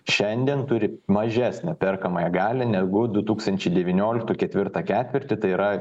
šiandien turi mažesnę perkamąją galią negu du tūkstančiai devynioliktų ketvirtą ketvirtį tai yra